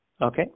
Okay